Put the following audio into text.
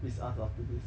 please ask after this